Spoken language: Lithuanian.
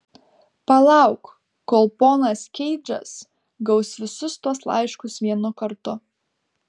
palauk kol ponas keidžas gaus visus tuos laiškus vienu kartu